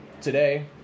today